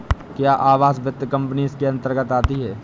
क्या आवास वित्त कंपनी इसके अन्तर्गत आती है?